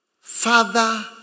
father